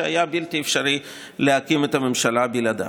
שהיה בלתי אפשרי להקים את הממשלה בלעדיו.